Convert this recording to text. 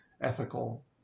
ethical